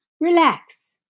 relax